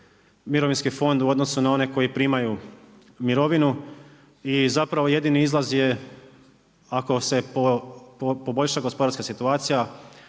Mirovinski fond u odnosu na one koji primaju mirovinu. I zapravo jedini izlaz je ako se poboljša gospodarska situacija,